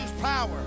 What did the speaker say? power